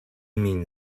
mean